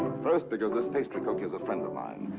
first, because this pastry cook is a friend of mine.